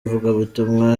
ivugabutumwa